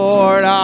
Lord